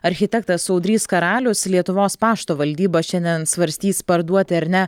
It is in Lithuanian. architektas audrys karalius lietuvos pašto valdyba šiandien svarstys parduoti ar ne